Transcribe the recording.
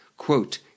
Quote